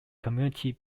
community